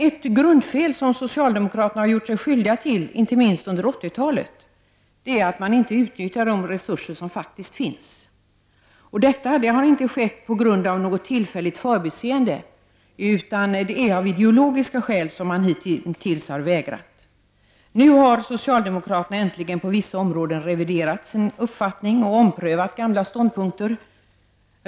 Ett grundfel socialdemokraterna gjort sig skyldiga till inte minst under 1980-talet är att man inte utnyttjat de resurser som faktiskt finns. Detta beror inte på tillfälligt förbiseende, utan det är av ideologiska skäl som man hittills har vägrat. Nu har socialdemokraterna äntligen på vissa områden reviderat sin uppfattning och omprövat gamla ståndpunkter.